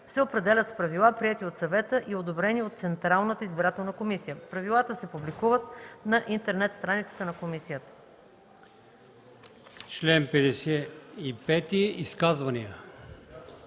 се определят с правила, приети от съвета и одобрени от Централната избирателна комисия. Правилата се публикуват на интернет страницата на комисията.”